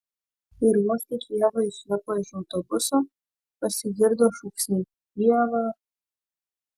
ir vos tik ieva išlipo iš autobuso pasigirdo šūksniai ieva